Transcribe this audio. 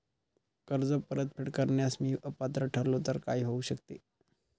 कर्ज परतफेड करण्यास मी अपात्र ठरलो तर काय होऊ शकते?